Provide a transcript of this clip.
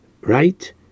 right